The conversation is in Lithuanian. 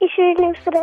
iš vilniaus ra